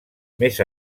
més